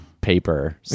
paper